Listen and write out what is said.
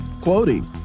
Quoting